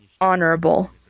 honorable